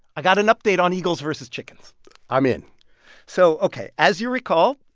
i've got an update on eagles versus chickens i'm in so ok, as you recall,